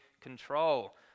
control